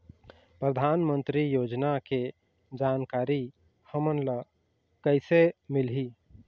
परधानमंतरी योजना के जानकारी हमन ल कइसे मिलही?